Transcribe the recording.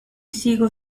sigo